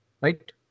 right